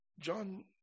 John